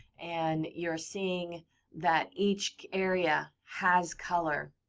and you're seeing that each area has color.